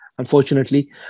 unfortunately